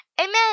amen